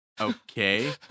Okay